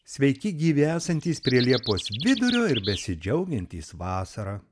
sveiki gyvi esantys prie liepos vidurio ir besidžiaugiantys vasara